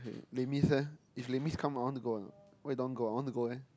Les-Mis eh if Les-Mis come out want to go or not why you don't want to go I want to go eh